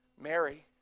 Mary